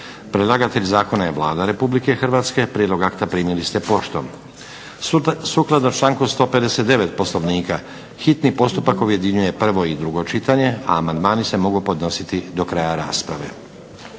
Predlagatelj zakona je Vlada Republike Hrvatske. Prijedlog akta primili ste poštom. Sukladno članku 159. Poslovnika hitni postupak objedinjuje prvo i drugo čitanje, a amandmani se mogu podnositi do kraja rasprave.